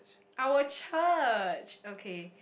our church okay